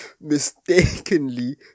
mistakenly